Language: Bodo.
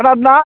खोनादोना